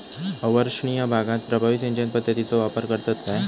अवर्षणिय भागात प्रभावी सिंचन पद्धतीचो वापर करतत काय?